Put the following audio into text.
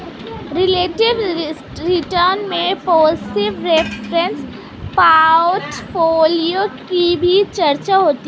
relative return में passive reference portfolio की भी चर्चा होती है